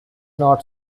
not